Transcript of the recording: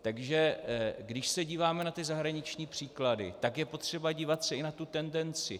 Takže když se díváme na zahraniční příklady, tak je potřeba dívat se i na tu tendenci.